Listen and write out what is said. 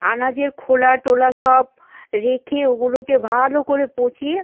আনাজের খোলা টোলা সব রেখে ওগুলোকে ভালো করে পচিয়ে